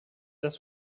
dass